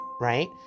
right